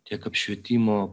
tiek apšvietimo